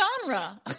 genre